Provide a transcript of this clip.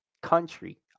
country